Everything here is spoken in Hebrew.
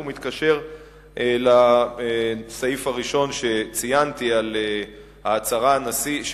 והוא מתקשר לסעיף הראשון שציינתי על ההצהרה של